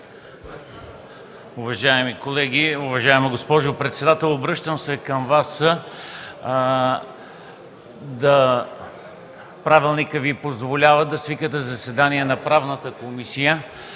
Уважаеми колеги! Уважаема госпожо председател, обръщам се към Вас: правилникът Ви позволява да свикате заседание на Правната комисия,